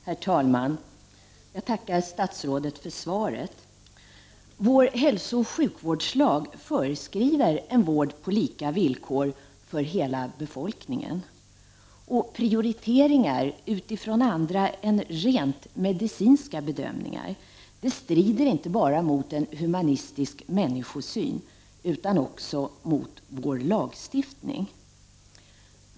Herr talman! Jag tackar statsrådet för svaret. Vår hälsooch sjukvårdslag föreskriver en vård på lika villkor för hela befolkningen. Prioriteringar utifrån andra än rent medicinska bedömningar strider inte bara mot en humanistisk människosyn utan också mot vår lagstiftning.